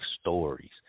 stories